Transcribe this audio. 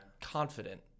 confident